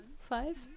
five